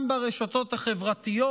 גם ברשתות החברתיות,